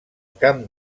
camp